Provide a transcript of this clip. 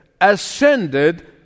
ascended